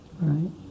right